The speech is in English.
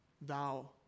thou